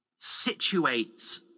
situates